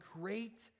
great